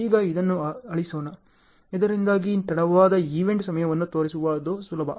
ಈಗ ಇದನ್ನು ಅಳಿಸೋಣ ಇದರಿಂದಾಗಿ ತಡವಾದ ಈವೆಂಟ್ ಸಮಯವನ್ನು ತೋರಿಸುವುದು ಸುಲಭ